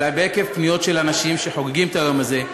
אלא עקב פניות של אנשים שחוגגים את היום הזה,